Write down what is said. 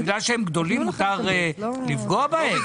בגלל שהם גדולים מותר לפגוע בהם?